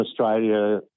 Australia